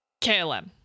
KLM